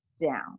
down